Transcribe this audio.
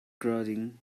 crawling